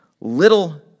little